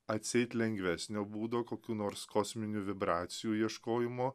atseit lengvesnio būdo kokių nors kosminių vibracijų ieškojimo